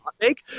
make